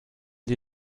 die